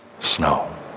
snow